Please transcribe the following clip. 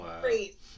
great